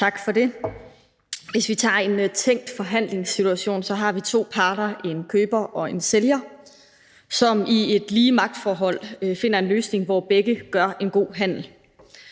Tak for det. Hvis vi tager en tænkt forhandlingssituation, har vi to parter, en køber og en sælger, som i et lige magtforhold finder en løsning, hvor begge gør en god handel.